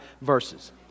verses